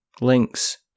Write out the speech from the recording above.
links